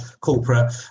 corporate